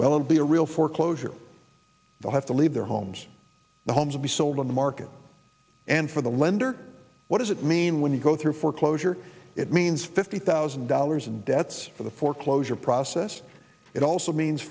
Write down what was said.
well and be a real foreclosure they have to leave their homes the homes be sold on the market and for the lender what does it mean when you go through foreclosure it means fifty thousand dollars in debts for the foreclosure process it also means